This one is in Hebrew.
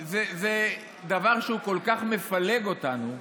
זה דבר שכל כך מפלג אותנו,